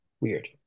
weird